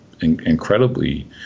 Incredibly